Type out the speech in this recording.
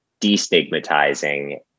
destigmatizing